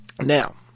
Now